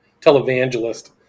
televangelist